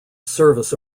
service